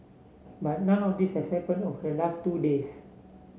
but none of this has happened over the last two days